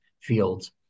fields